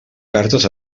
cartes